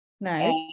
Nice